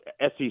sec